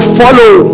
follow